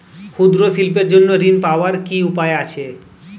ক্ষুদ্র শিল্পের জন্য ঋণ পাওয়ার কি উপায় আছে?